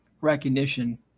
recognition